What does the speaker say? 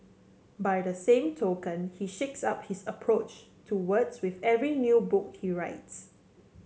by the same token he shakes up his approach to words with every new book he writes